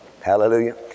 Hallelujah